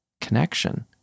connection